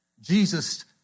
Jesus